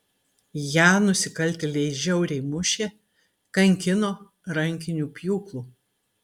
ją nusikaltėliai žiauriai mušė kankino rankiniu pjūklu